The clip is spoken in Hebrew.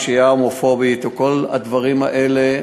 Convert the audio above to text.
פשיעה הומופובית וכל הדברים האלה,